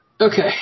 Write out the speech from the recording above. Okay